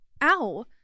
Ow